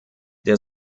der